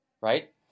right